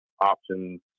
options